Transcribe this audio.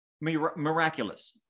miraculous